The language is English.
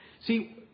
See